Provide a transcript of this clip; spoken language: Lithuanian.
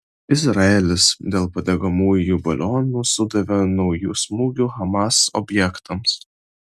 izraelis dėl padegamųjų balionų sudavė naujų smūgių hamas objektams